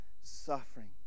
suffering